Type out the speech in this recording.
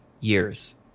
years